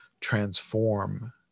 transform